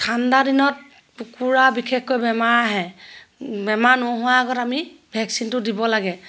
ঠাণ্ডা দিনত কুকুৰা বিশেষকৈ বেমাৰ আহে বেমাৰ নোহোৱাৰ আগত আমি ভেকচিনটো দিব লাগে